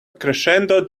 crescendo